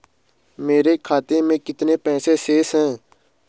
मेरे खाते में कितने पैसे शेष हैं?